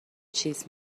چیز